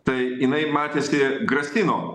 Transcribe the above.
tai jinai matėsi grasino